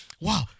Wow